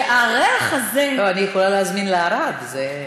והריח הזה, אני יכולה להזמין לערד, זה